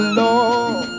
lord